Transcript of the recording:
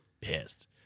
pissed